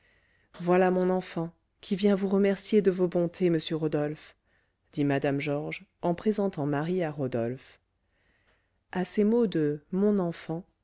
voilà mon enfant qui vient vous remercier de vos bontés monsieur rodolphe dit mme georges en présentant marie à rodolphe à ces mots de mon enfant